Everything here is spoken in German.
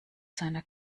seiner